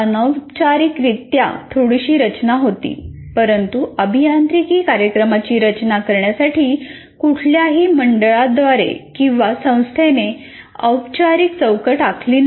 अनौपचारिकरित्या थोडीशी रचना होती परंतु अभियांत्रिकी कार्यक्रमाची रचना करण्यासाठी कुठल्याही मंडळाद्वारे किंवा संस्थेने औपचारिक चौकट आखली नव्हती